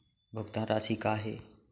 भुगतान राशि का हे?